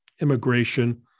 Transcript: immigration